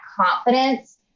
confidence